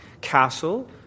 castle